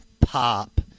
pop